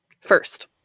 first